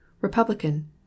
Republican